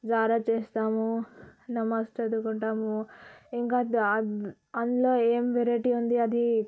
Zara చేస్తాము నమాజు చదువుకుంటాం ఇంకా అందులో ఏం వెరైటీ ఉంది అది